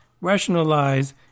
rationalize